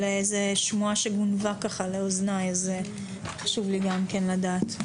זו שמועה שגונבה לאוזניי, חשוב לי לדעת.